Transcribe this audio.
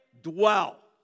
dwell